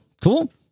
Cool